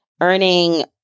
earning